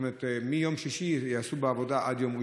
מיום שישי יעשו בה עבודה עד יום ראשון.